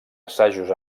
assajos